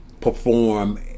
perform